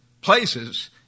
places